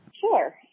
Sure